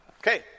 Okay